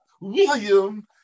William